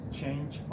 change